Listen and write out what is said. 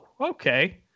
okay